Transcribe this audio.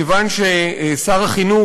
כיוון ששר החינוך,